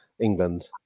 England